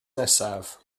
nesaf